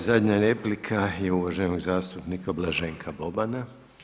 I zadnja replika je uvaženog zastupnika Blaženka Bobana.